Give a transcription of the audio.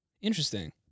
Interesting